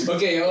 Okay